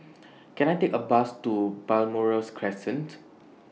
Can I Take A Bus to Balmoral Crescent